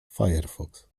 firefox